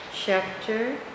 Chapter